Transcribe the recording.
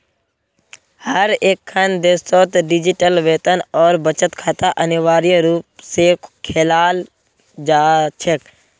हर एकखन देशत डिजिटल वेतन और बचत खाता अनिवार्य रूप से खोलाल जा छेक